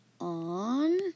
on